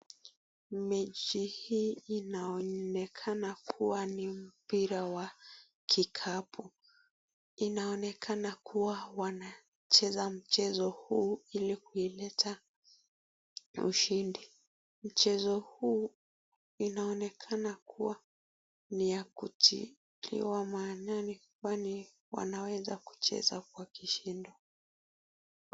Mechi hii inaonekana kuwa ni mpira wa kikapu, inaonekana kuwa wanacheza mchezo huu ili kuileta ushindi, mchezo huu inaonekana kuwa ni ya kutiliwa maanane kwani wanaweza cheza kwa kishindo